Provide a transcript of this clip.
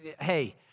hey